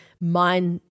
mind